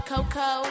Coco